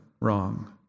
wrong